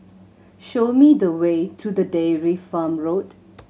show me the way to the Dairy Farm Road